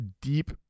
deep